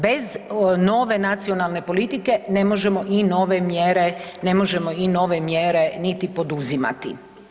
Bez nove nacionalne politike ne možemo i nove mjere, ne možemo i nove mjere niti poduzimati.